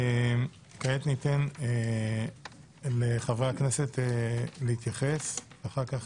כעת ניתן לחבר הכנסת להתייחס ואחר כך